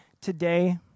today